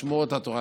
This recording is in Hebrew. לשמור את התורה,